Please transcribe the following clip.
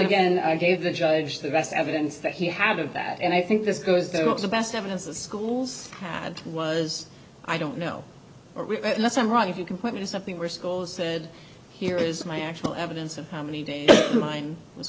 again i gave the judge the best evidence that he had of that and i think this goes there was the best evidence the schools had was i don't know let's i'm wrong if you can point me to something where schools said here is my actual evidence of how many days mine was